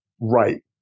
right